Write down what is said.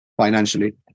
financially